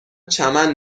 چمن